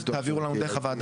תעבירו לנו דרך הוועדה,